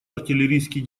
артиллерийский